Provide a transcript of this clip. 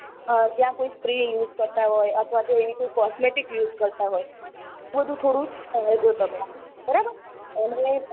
ત્યાં કોઈ spray use કરતા હોવ અથવા તો એવી કોઈ કોસ્મેટિક યુઝ કરતા હોવ તો આવું બધું થોડું ટાળજો તમે બરાબર અને